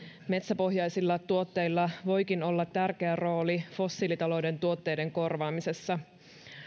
metsäpohjaisilla tuotteilla voikin olla tärkeä rooli fossiilitalouden tuotteiden korvaamisessa